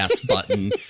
button